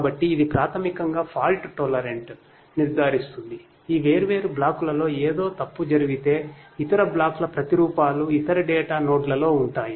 కాబట్టి ప్రాథమికంగా నేను మీకు తరువాత చెప్పే వివిధ డేటా నోడ్లలో ఉంటాయి